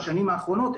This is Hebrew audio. בשנים האחרונות,